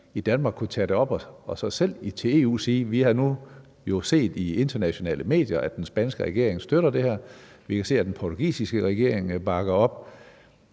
i Danmark kunne tage det op og så selv sige til EU: Vi har set i internationale medier, at den spanske regering støtter det her. Vi kan se, at den portugisiske regering bakker op.